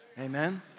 Amen